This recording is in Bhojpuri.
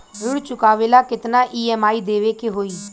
ऋण चुकावेला केतना ई.एम.आई देवेके होई?